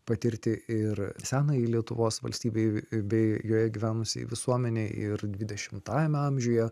patirti ir senajai lietuvos valstybei bei joje gyvenusiai visuomenei ir dvidešimtajame amžiuje